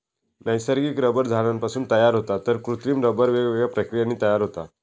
नैसर्गिक रबर झाडांपासून तयार होता तर कृत्रिम रबर वेगवेगळ्या प्रक्रियांनी तयार होता